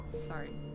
Sorry